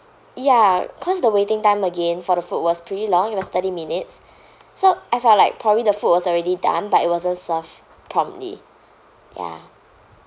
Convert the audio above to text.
ya cause the waiting time again for the food was pretty long it was thirty minutes so I felt like probably the food was already done but it wasn't served promptly ya